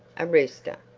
a rooster,